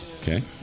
Okay